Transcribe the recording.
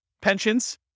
Pensions